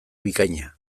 bikaina